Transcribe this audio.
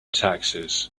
taxes